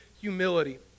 humility